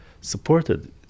supported